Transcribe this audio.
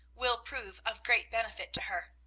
will prove of great benefit to her.